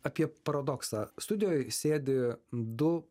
apie paradoksą studijoj sėdi du